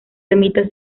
ermita